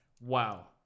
wow